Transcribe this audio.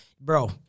Bro